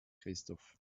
christoph